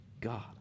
God